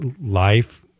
life